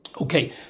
Okay